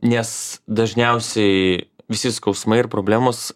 nes dažniausiai visi skausmai ir problemos